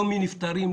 לא מהנפטרים,